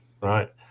right